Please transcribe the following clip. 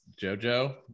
JoJo